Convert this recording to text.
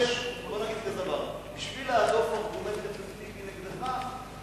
בוא ונגיד כזה דבר: בשביל להדוף ארגומנט אפקטיבי נגדך,